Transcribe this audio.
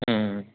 ம் ம்